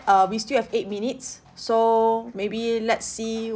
uh we still have eight minutes so maybe let's see